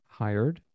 hired